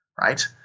right